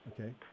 Okay